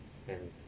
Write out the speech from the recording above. and